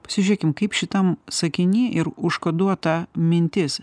pasižiūrėkim kaip šitam sakiny ir užkoduota mintis